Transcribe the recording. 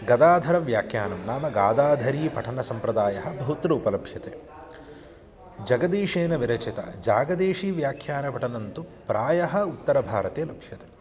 गदाधरव्याख्यानं नाम गादाधरीपठनसम्प्रदायः बहुत्र उपलभ्यते जगदीशेन विरचिता जागदेशीव्याख्यानपठनन्तु प्रायः उत्तरभारते लक्ष्यते